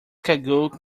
cagoule